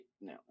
no